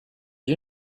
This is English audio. you